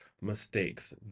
mistakes